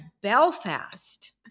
Belfast